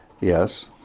Yes